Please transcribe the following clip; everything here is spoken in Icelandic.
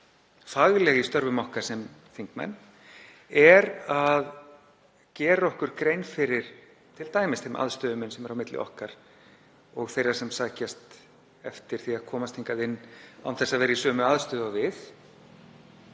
að vera fagleg í störfum okkar sem þingmenn er að gera okkur grein fyrir t.d. þeim aðstöðumun sem er á milli okkar og þeirra sem sækjast eftir því að komast hingað inn án þess að vera í sömu aðstöðu og við.